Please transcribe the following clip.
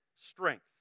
strength